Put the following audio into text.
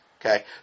Okay